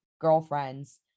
girlfriends